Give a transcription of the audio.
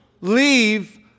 leave